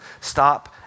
Stop